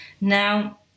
now